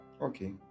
Okay